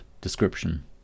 description